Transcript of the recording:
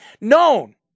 known